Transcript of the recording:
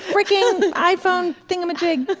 forget the iphone thingamajig.